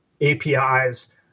APIs